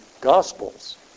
Gospels